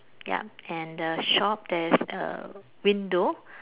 yup and the shop there's a window